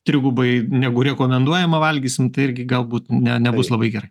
trigubai negu rekomenduojama valgysim tai irgi galbūt ne nebus labai gerai